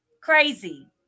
crazy